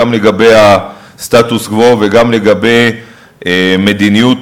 גם לגבי הסטטוס-קוו וגם לגבי מדיניות